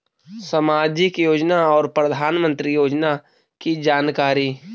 समाजिक योजना और प्रधानमंत्री योजना की जानकारी?